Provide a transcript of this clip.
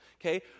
Okay